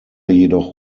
jedoch